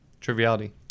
Triviality